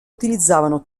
utilizzavano